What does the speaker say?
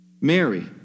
Mary